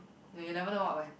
you you never know what will happen